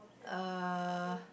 uh